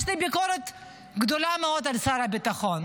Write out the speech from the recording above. יש לי ביקורת גדולה מאוד על שר הביטחון,